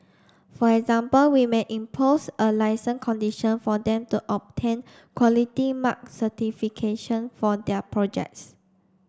for example we may impose a licence condition for them to obtain Quality Mark certification for their projects